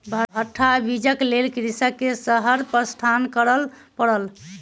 भट्टा बीजक लेल कृषक के शहर प्रस्थान करअ पड़ल